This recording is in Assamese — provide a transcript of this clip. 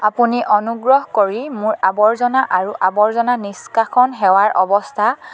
আপুনি অনুগ্ৰহ কৰি মোৰ আৱৰ্জনা আৰু আৱৰ্জনা নিষ্কাশন সেৱাৰ অৱস্থা